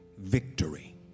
victory